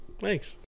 Thanks